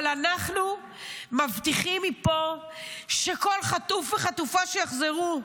אבל אנחנו מבטיחים מפה שכל חטוף וחטופה שיחזרו,